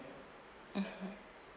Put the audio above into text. mmhmm